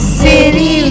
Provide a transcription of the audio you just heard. city